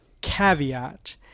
caveat